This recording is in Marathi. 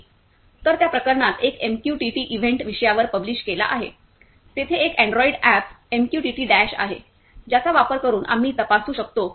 तर त्या प्रकरणात एक एमयूकेटीटी इव्हेंट विषयावर पब्लिष केला आहे तेथे एक अँड्रॉइड अॅप एमक्यूटीटी डॅश आहे ज्याचा वापर करून आम्ही तपासू शकतो